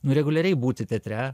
nu reguliariai būti teatre